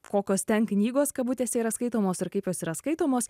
kokios ten knygos kabutėse yra skaitomos ir kaip jos yra skaitomos